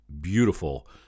beautiful